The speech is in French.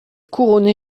couronné